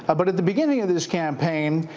ah but at the beginning of this campaign,